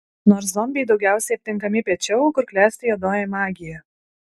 nors zombiai daugiausiai aptinkami piečiau kur klesti juodoji magija